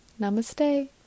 Namaste